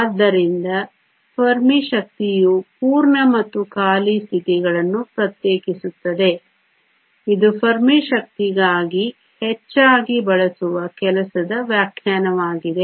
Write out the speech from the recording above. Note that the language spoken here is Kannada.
ಆದ್ದರಿಂದ ಫೆರ್ಮಿ ಶಕ್ತಿಯು ಪೂರ್ಣ ಮತ್ತು ಖಾಲಿ ಸ್ಥಿತಿಗಳನ್ನು ಪ್ರತ್ಯೇಕಿಸುತ್ತದೆ ಇದು ಫೆರ್ಮಿ ಶಕ್ತಿಗಾಗಿ ಹೆಚ್ಚಾಗಿ ಬಳಸುವ ಕೆಲಸದ ವ್ಯಾಖ್ಯಾನವಾಗಿದೆ